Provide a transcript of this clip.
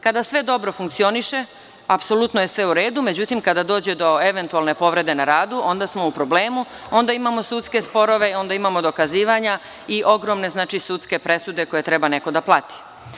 Kada sve dobro funkcioniše, apsolutno je sve u redu, međutim, kada dođe do eventualne povrede na radu, onda smo u problemu, onda imamo sudske sporove, onda imamo dokazivanja i ogromne sudske presude koje treba neko da plati.